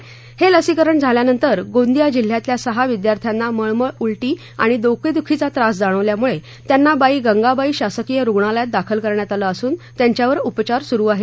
तर हे लसीकरण झाल्यानंतर गोंदिया जिल्ह्यातल्या सहा विद्यार्थ्यांना मळमळ उलटी आणि डोकेद्खीचा त्रास जाणवल्यामुळे त्यांना बाई गंगाबाई शासकिय रुग्णालयात दाखल करण्यात आलं असून त्यांच्यावर उपचार सुरु आहेत